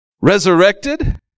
resurrected